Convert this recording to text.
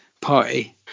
party